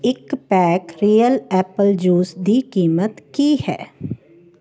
ਇੱਕ pack Real apple juice ਦੀ ਕੀਮਤ ਕੀ ਹੈ